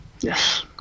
Yes